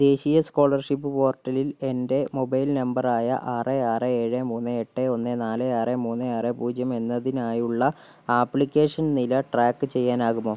ദേശീയ സ്കോളർഷിപ്പ് പോർട്ടലിൽ എൻ്റെ മൊബൈൽ നമ്പറായ ആറ് ആറ് ഏഴ് മൂന്ന് എട്ട് ഒന്ന് നാല് ആറ് മൂന്ന് ആറ് പൂജ്യം എന്നതിനായുള്ള ആപ്ലിക്കേഷൻ നില ട്രാക്ക് ചെയ്യാനാകുമോ